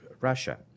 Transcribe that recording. Russia